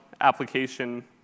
application